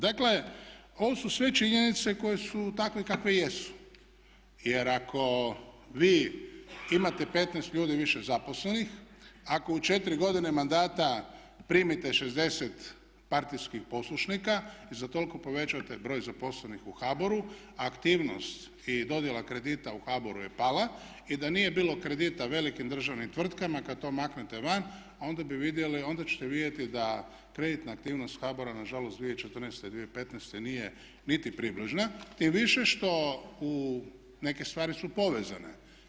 Dakle, ovo su sve činjenice koje su takve kakve jesu, jer ako vi imate 15 ljudi više zaposlenih, ako u 4 godine mandata primite 60 partijskih poslušnika i za toliko povećate broj zaposlenih u HBOR-u, aktivnost i dodjela kredita u HBOR-u je pala i da nije bilo kredita velikim državnim tvrtkama kad to maknete van onda bi vidjeli, onda ćete vidjeti da kreditna aktivnost HBOR-a na žalost 2014., 2015. nije niti približna tim više što neke stvari su povezane.